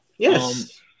Yes